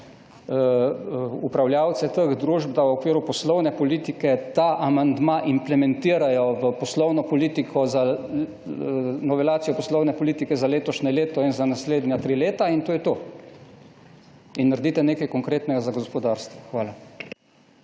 upravljavce teh družb, da v okviru poslovne politike ta amandma implementirajo v poslovno politiko za novelacijo poslovne politike za letošnje leto in za naslednja tri leta. In to je to. In naredite nekaj konkretnega za gospodarstvo. Hvala.